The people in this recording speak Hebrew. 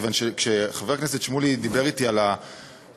כיוון שכשחבר הכנסת שמולי דיבר אתי על הסוגיה,